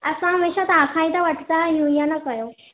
असां हमेशह तव्हां खां ई था वठंदा आहियूं इअं न कयो